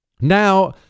Now